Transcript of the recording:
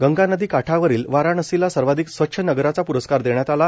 गंगा नदी काठावरील वाराणसीला सर्वाधिक स्वच्छ नगराचा प्रस्कार देण्यात आला